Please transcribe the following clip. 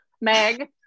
Meg